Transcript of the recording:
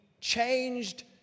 changed